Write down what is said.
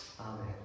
Amen